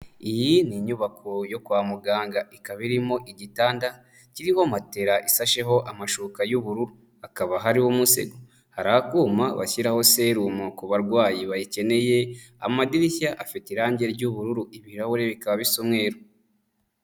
Iyi ni inyubako yo kwa muganga ikaba irimo igitanda kiriho matera isasheho amashuka y'ubururu, akaba hariho akuma bashyiraho serumu ku barwayi bayikeneye, amadirishya afite irangi ry'ubururu ibirahuri bikaba bisa umweru.